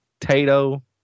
tato